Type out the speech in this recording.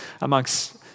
amongst